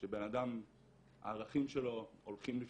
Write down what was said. הערכים של בנאדם הולכים לפניו.